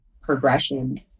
progression